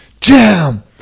jam